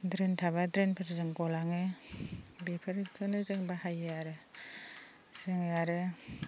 drain थाब्ला ड्रेनफोरजों गलाङो बेफोरखोनो जों बाहायो आरो जोङो आरो